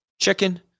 chicken